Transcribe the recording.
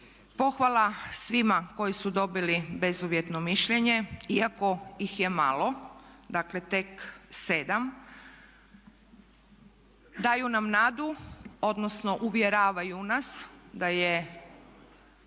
Pohvala svima koji su dobili bezuvjetno mišljenje, iako ih je malo, dakle tek 7, daju nam nadu, odnosno uvjeravaju nas da je